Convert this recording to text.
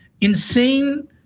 insane